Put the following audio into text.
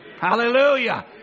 Hallelujah